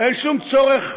אין שום צורך,